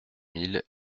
mille